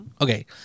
Okay